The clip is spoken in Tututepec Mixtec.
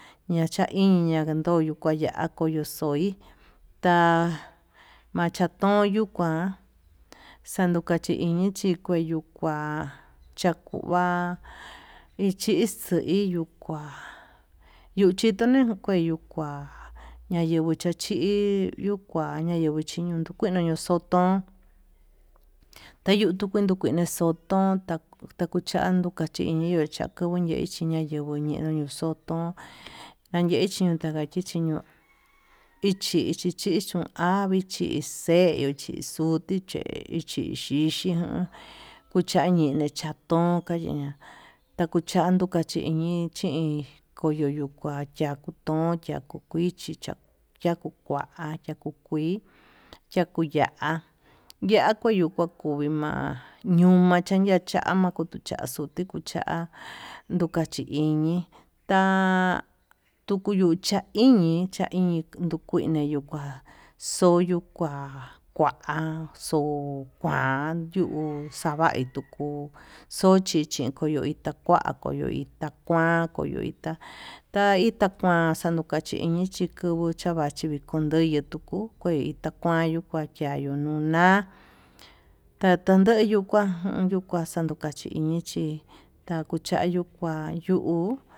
Ñachain ñakoyo naya'a xoi ta machatoyo kuan xhandu kachi iñi kueyo kua chaku va'a, vichi xii yuu kua yuu chitonoi kueyuu kua ñayeguo chachi yuu kua ñayenguo chiño yukie chinoxoto teyuu tuu kue kui kuinoxoto, takuchando kachiniyo takukuei chinayeguo chiña ñoxoto ñayexhi kachachi chiño'o ichi chinchixuu avichi xhixeyuu chichuti xe'e chichixi jun, kuchachiñe katonka yuya takuchando kañiñi chin koyoyu kua yakuton yakuchin ichi cha'a yakuu kua yakuu kui yakuu ya'á yakuu yakakuvi ma'a, ñuu ma'a ñania chama kutuu chaxuu nduku cha'a nduka chi iñi ta'a yukuu yuu cha'a iñi, chaiñi yuu kuana yuu kua xoyuu kua kuan xo'o kuan yuu xa'a xavai tuku xochi yuu chuchain takua kuyo ita takuan yuu ita, ta ita kuan xuku chachiñi chii kubuu chavachi vii kondoya yetuku kuei itakuayu yayuu nuna'a tatandeyu kuan kuaxanu kachini chí takuchayu kuan yuu.